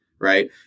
right